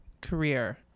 career